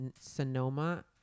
Sonoma